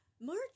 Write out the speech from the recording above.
March